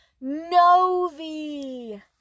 Novi